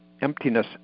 emptiness